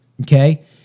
okay